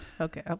Okay